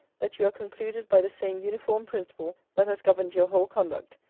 that you are concluded by the same uniform principle that has governed your whole conduct,